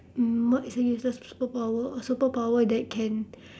mm what is a useless superpower a superpower that can